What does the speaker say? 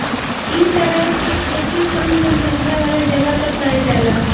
इ तरह के खेती कम जनसंख्या वाला जगह पर करल जाला